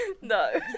No